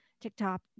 TikTok